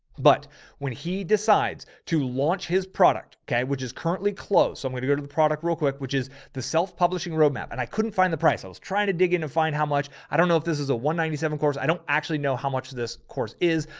but when he decides to launch his product okay. which is currently closed. so i'm going to go to the product real quick, which is the self publishing roadmap. and i couldn't find the price i was trying to dig in and find how much, i don't know if this is a one ninety seven course. i don't actually know how much this course is.